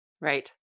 Right